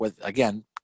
again